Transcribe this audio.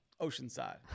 Oceanside